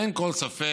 אין כל ספק,